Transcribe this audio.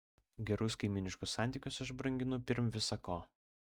gerus kaimyniškus santykius aš branginu pirm visa ko